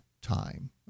time